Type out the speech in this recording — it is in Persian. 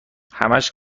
همش